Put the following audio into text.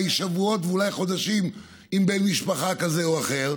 שבועות ואולי חודשים עם בן משפחה כזה או אחר,